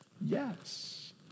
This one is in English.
yes